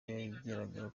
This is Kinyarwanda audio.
yageraga